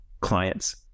clients